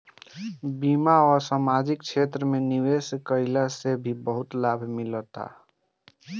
बीमा आ समाजिक क्षेत्र में निवेश कईला से भी बहुते लाभ मिलता